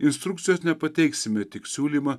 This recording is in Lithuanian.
instrukcijos nepateiksime tik siūlymą